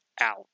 out